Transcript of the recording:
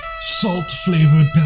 salt-flavored